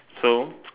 so